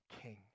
king